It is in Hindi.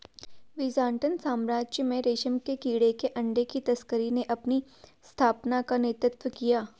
बीजान्टिन साम्राज्य में रेशम के कीड़े के अंडे की तस्करी ने अपनी स्थापना का नेतृत्व किया